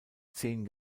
zehn